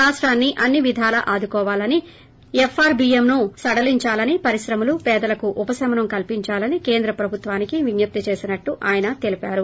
రాష్టాన్ని అన్ని విధాల ఆదుకోవాలని ఎఫ్ఆర్బీఎంని సడలించాలని పరిశ్రమలు పేదలకు ఉపశమనం కల్పించాలని కేంద్ర ప్రభుత్వానికి విజ్జప్తి చేసినట్లు ఆయన తెలిపారు